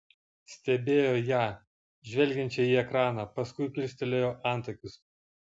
stebėjo ją žvelgiančią į ekraną paskui kilstelėjo antakius